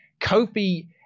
Kofi